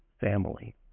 family